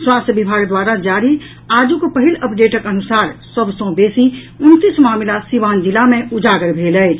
स्वास्थ्य विभाग द्वारा जारी आजुक पहिल अपडेटक अनुसार सभ सॅ बेसी उनतीस मामिला सिवान जिला मे उजागर भेल अछि